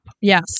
Yes